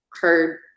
heard